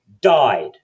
died